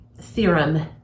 theorem